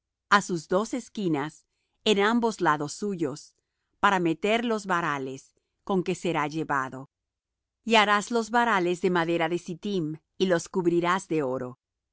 á sus dos esquinas en ambos lados suyos para meter los varales con que será llevado y harás los varales de madera de sittim y los cubrirás de oro